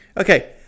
Okay